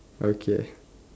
okay